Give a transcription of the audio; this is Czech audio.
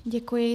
Děkuji.